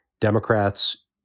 Democrats